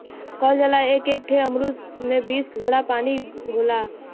कहल जाला एक एक ठे अमरूद में बीस घड़ा क पानी होला